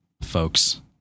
folks